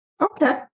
Okay